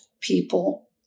people